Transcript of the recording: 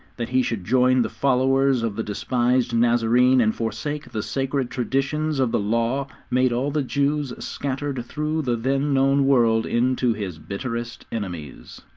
that he should join the followers of the despised nazarene and forsake the sacred traditions of the law made all the jews scattered through the then-known world into his bitterest enemies.